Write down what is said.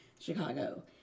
Chicago